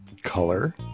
color